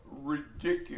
ridiculous